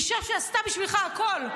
אישה שעשתה בשבילך הכול.